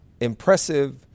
impressive